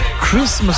christmas